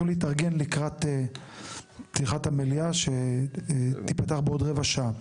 גם להתארגן לקראת פתיחת המליאה שתפתח בעוד רבע שעה.